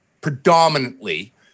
predominantly